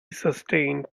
sustained